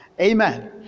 Amen